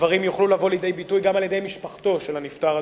שהדברים יוכלו לבוא לידי ביטוי גם על-ידי משפחתו של הנפטר,